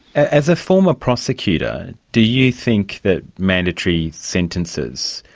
as a former prosecutor, do you think that mandatory sentences